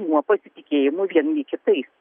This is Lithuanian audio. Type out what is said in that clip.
nuo pasitikėjimo vieni kitais